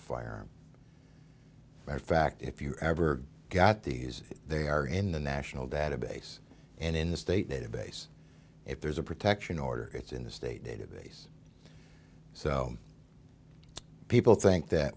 a firearm or fact if you ever got these they are in the national database and in the state database if there's a protection order it's in the state database so people think that